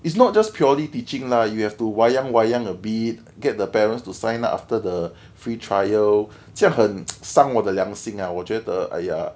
it's not just purely teaching lah you have to wayang wayang a bit get the parents to sign up after the free trial 这样很 伤我的良心啊我觉得 !aiya!